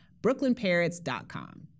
brooklynparrots.com